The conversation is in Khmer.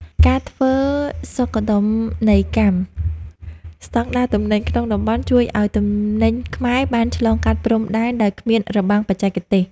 ការធ្វើសុខដុមនីយកម្មស្ដង់ដារទំនិញក្នុងតំបន់ ជួយឱ្យទំនិញខ្មែរអាចឆ្លងកាត់ព្រំដែនដោយគ្មានរបាំងបច្ចេកទេស។